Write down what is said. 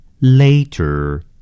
later